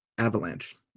Avalanche